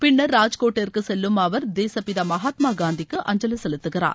பின்னர் ராஜகோட்டிற்கு செல்லும் அவர் தேசப்பிதா மகாத்மா காந்திக்கு அஞ்சலி செலுத்துகிறார்